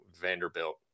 Vanderbilt